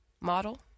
model